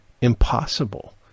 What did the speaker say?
impossible